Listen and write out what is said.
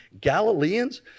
Galileans